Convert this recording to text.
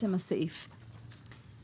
אני